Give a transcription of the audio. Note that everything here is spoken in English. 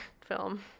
film